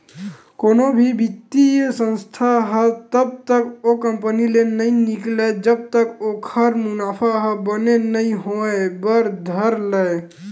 कोनो भी बित्तीय संस्था ह तब तक ओ कंपनी ले नइ निकलय जब तक ओखर मुनाफा ह बने नइ होय बर धर लय